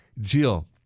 Jill